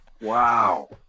Wow